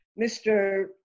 Mr